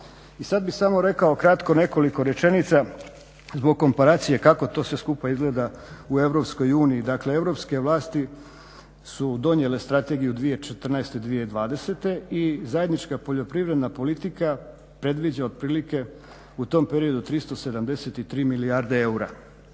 I sad bi samo rekao kratko nekoliko rečenica zbog komparacije kako to sve skupa izgleda u EU. Dakle europske vlasti su donijele Strategiju 2014.-2020. i zajednička poljoprivredna politika predviđa otprilike u tom periodu 373 milijarde eura